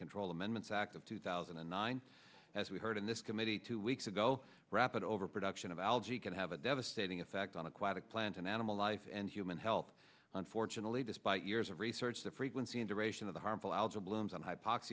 control amendments act of two thousand and nine as we heard in this committee two weeks ago rapid overproduction of algae can have a devastating effect on aquatic plant and animal life and human health unfortunately despite years of research the frequency and duration of the harmful algal blooms on h